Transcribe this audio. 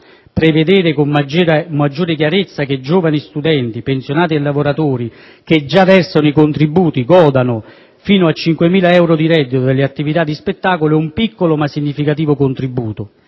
Prevedere con maggiore chiarezza che giovani, studenti, pensionati e lavoratori, che già versano i contributi, godano fino a 5.000 euro di reddito dalle attività di spettacolo è un piccolo, ma significativo contributo